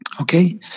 Okay